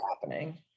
happening